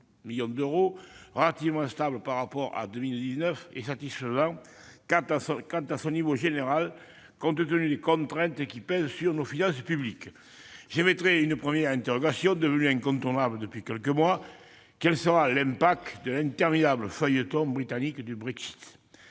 stable par rapport à 2019, est globalement satisfaisant, compte tenu des contraintes qui pèsent sur nos finances publiques. J'émettrai une première interrogation, devenue incontournable depuis quelques mois : quel sera l'impact de l'interminable feuilleton britannique du Brexit ?